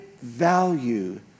value